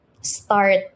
start